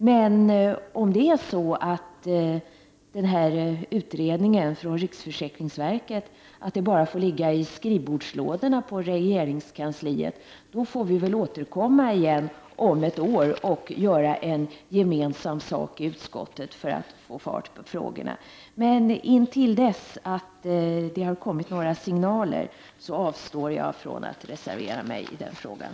Men om denna utredning från riksförsäkringsverket bara får ligga i en skrivbordslåda på regeringskansliet, får vi återkomma om ett år och göra gemensam sak i utskottet för att få fart på frågorna. Intill dess några signaler kommit avstår jag från att reservera mig i den frågan.